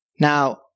Now